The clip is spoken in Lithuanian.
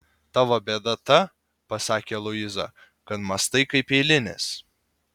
tavo bėda ta pasakė luiza kad mąstai kaip eilinis